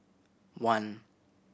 one